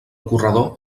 corredor